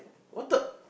what the